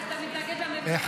קרעי, אתה מתנגד לממשלה?